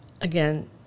again